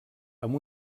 amb